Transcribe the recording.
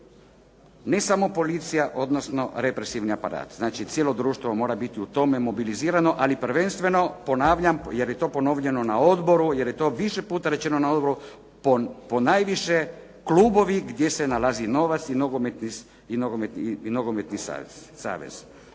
ne samo policija odnosno represivni aparat. Znači, cijelo društvo mora biti u tome mobilizirano ali prvenstveno ponavljam jer je to ponovljeno na odboru, jer je to više puta rečeno na odboru ponajviše klubovi gdje se nalazi novac i nogometni savez,